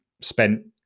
Spent